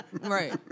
Right